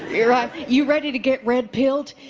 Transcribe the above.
yeah right. you ready to get red peeled.